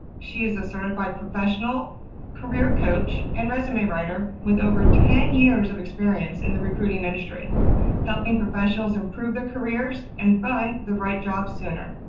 she is a certified professional career coach and resume writer with over ten years of experience in the recruiting industry helping professionals improve their careers and find the right job sooner,